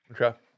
okay